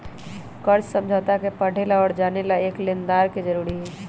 कर्ज समझौता के पढ़े ला और जाने ला एक लेनदार के जरूरी हई